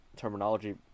terminology